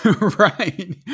Right